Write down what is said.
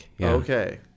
Okay